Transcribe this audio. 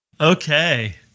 Okay